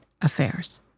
affairs